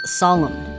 solemn